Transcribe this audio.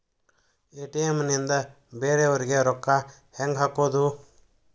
ATM ನಿಂದ ಬೇರೆಯವರಿಗೆ ರೊಕ್ಕ ಹೆಂಗ್ ಹಾಕೋದು?